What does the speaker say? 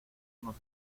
nos